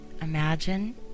imagine